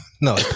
No